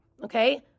Okay